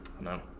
No